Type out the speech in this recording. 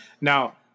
Now